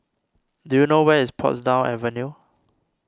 do you know where is Portsdown Avenue